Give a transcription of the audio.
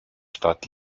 stadt